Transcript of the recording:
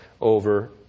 over